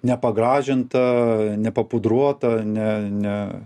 nepagražintą nepapudruotą ne ne